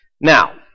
Now